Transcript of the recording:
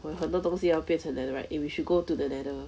我有很多东西要变成 netherite eh if we should go to the nether